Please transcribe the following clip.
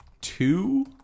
two